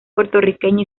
puertorriqueño